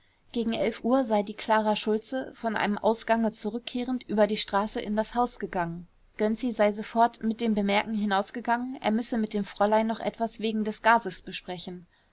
gegen elf uhr sei die klara schultze von einem ausgange zurückkehrend über die straße in das haus gegangen gangen gönczi sei sofort mit dem bemerken hinausgegangen er müsse mit dem fräulein noch etwas wegen des gases besprechen